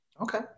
Okay